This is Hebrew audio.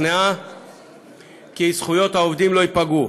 השתכנעה כי זכויות העובדים לא ייפגעו.